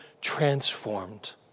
transformed